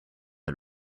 had